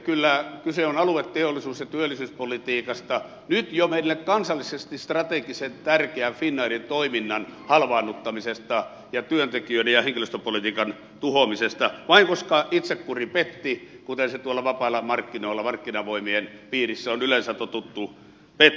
kyllä kyse on alue teollisuus ja työllisyyspolitiikasta nyt jo meille kansallisesti strategisen tärkeän finnairin toiminnan halvaannuttamisesta ja työntekijöiden ja henkilöstöpolitiikan tuhoamisesta vain koska itsekuri petti kuten tuolla vapailla markkinoilla markkinavoimien piirissä yleensä on totuttu sen pettämiseen